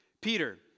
Peter